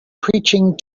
preaching